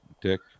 Dick